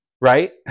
Right